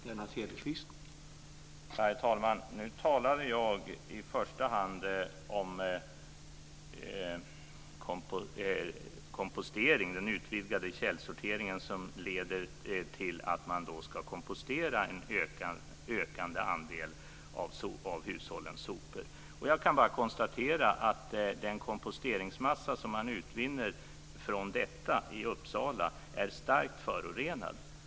Herr talman! Nu talade jag i första hand om kompostering, den utvidgade källsorteringen som leder till att man ska kompostera en ökande andel av hushållens sopor. Jag kan bara konstatera att den komposteringsmassa som man utvinner från detta i Uppsala är starkt förorenad.